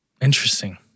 Interesting